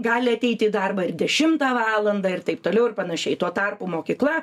gali ateiti į darbą ir dešimtą valandą ir taip toliau ir panašiai tuo tarpu mokykla